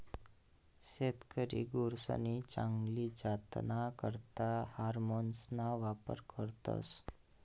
शेतकरी गुरसनी चांगली जातना करता हार्मोन्सना वापर करतस